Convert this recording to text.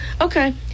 Okay